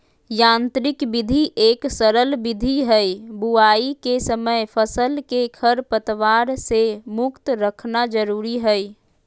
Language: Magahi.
यांत्रिक विधि एक सरल विधि हई, बुवाई के समय फसल के खरपतवार से मुक्त रखना जरुरी हई